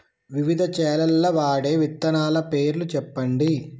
వివిధ చేలల్ల వాడే విత్తనాల పేర్లు చెప్పండి?